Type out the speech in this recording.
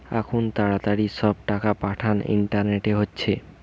আখুন তাড়াতাড়ি সব টাকা পাঠানা ইন্টারনেটে হচ্ছে